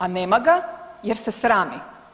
A nema ga jer se srami.